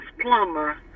plumber